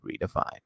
Redefined